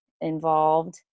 involved